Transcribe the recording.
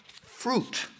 fruit